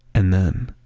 and then,